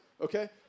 okay